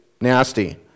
nasty